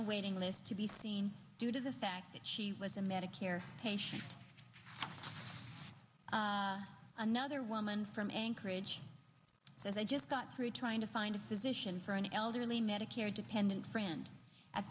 a waiting list to be seen due to the fact that she was a medicare patient another woman from anchorage as i just got through trying to find a physician for an elderly medicare dependent friend at